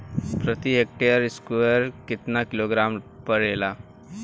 प्रति हेक्टेयर स्फूर केतना किलोग्राम परेला?